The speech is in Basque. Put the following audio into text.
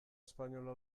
espainola